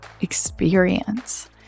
experience